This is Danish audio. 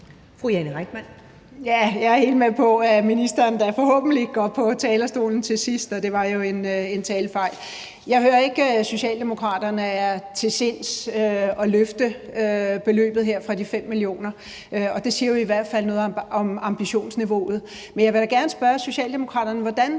Jeg er helt med på, at ministeren da forhåbentlig går på talerstolen til sidst, så det var en fortalelse fra min side. Jeg hører ikke, at Socialdemokraterne er til sinds at løfte beløbet her fra de 5 mio. kr., og det siger jo i hvert fald noget om ambitionsniveauet. Men jeg vil da gerne spørge Socialdemokraterne om